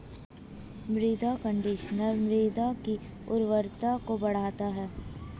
मृदा कंडीशनर मृदा की उर्वरता को बढ़ाता है